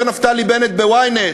אומר נפתלי בנט ב-ynet.